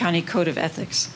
county code of ethics